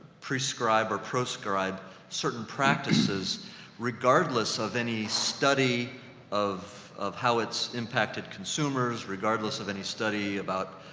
prescribe or proscribe certain practices regardless of any study of, of how it's impacted consumers regardless of any study about,